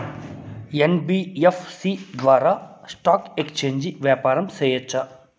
NBFC ద్వారా stock exchange వ్యాపారం సేయొచ్చా?